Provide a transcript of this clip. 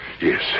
Yes